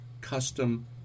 custom